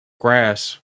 grass